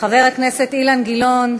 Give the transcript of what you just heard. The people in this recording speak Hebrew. חבר הכנסת אילן גילאון,